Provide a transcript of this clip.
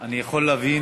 אני יכול להבין